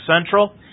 Central